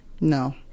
No